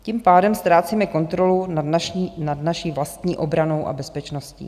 Tím pádem ztrácíme kontrolu nad naší vlastní obranou a bezpečností.